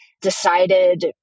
decided